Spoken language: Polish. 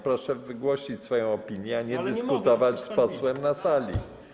Proszę wygłosić swoją opinię, a nie dyskutować z posłem na sali.